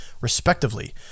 respectively